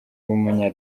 w’umunya